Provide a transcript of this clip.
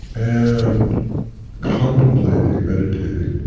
and contemplating, meditating,